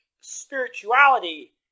spirituality